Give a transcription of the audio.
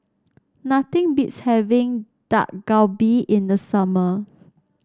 nothing beats having Dak Galbi in the summer